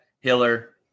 Hiller